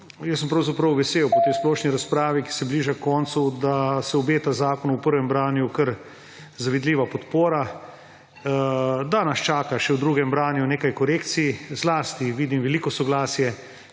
pravzaprav sem po tej splošni razpravi, ki se bliža koncu, vesel, da se obeta zakonu v prvem branju kar zavidljiva podpora, da nas čaka še v drugem branju nekaj korekcij. Zlasti vidim veliko soglasje